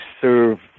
serve